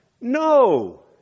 No